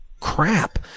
crap